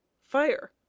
Fire